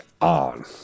on